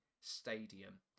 Stadium